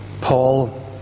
Paul